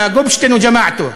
אני אומר לגופשטיין ודומיו: